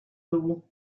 dugu